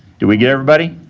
did we get everybody?